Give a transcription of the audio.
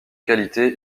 qualité